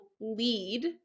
lead